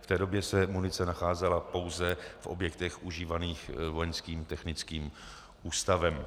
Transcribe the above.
V té době se munice nacházela pouze v objektech užívaných Vojenským technickým ústavem.